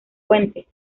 fuente